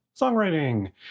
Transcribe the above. songwriting